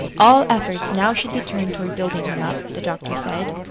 all efforts now should be turned toward building him up, the doctor said.